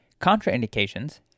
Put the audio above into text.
contraindications